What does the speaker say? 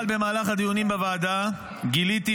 אבל במהלך הדיונים בוועדה גיליתי,